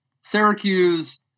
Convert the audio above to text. Syracuse